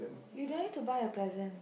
you don't need to buy a present